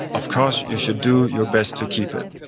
of course you should do your best to keep it.